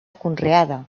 conreada